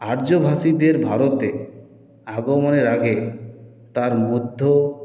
আর্যভাষীদের ভারতে আগমনের আগে তার মধ্য